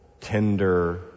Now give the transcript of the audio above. tender